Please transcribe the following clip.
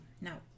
Now